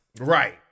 Right